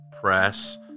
press